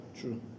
True